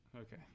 Okay